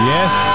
Yes